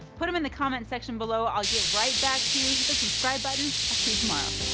put them in the comment section below. i'll get right back to you. hit the subscribe button, i'll see you tomorrow.